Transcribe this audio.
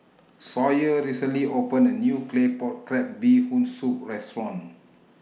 Sawyer recently opened A New Claypot Crab Bee Hoon Soup Restaurant